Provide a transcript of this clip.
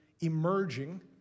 emerging